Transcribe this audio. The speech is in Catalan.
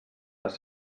has